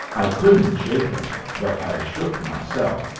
i couldn't shake him, but i shook myself,